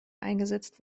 eingesetzt